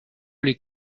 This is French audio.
les